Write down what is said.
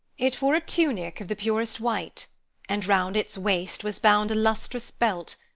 it wore a tunic of the purest white and round its waist was bound a lustrous belt,